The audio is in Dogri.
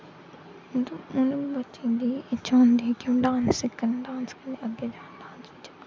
हून बच्चें दी गै इच्छा होंदी ऐ कि उनें डांस सिक्खना अग्गें जाना डांस च